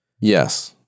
Yes